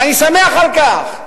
ואני שמח על כך.